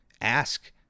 ask